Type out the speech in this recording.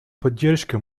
поддержки